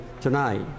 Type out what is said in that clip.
tonight